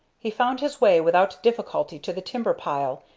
he found his way without difficulty to the timber pile,